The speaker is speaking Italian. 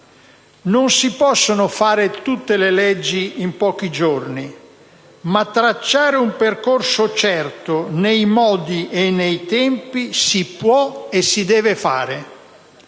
Non si possono fare tutte le leggi in pochi giorni, ma tracciare un percorso certo nei modi e nei tempi si può e si deve fare.